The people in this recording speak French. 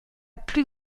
plus